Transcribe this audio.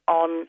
on